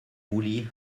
uli